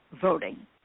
voting